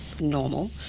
normal